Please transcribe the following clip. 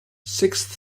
sixth